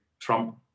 Trump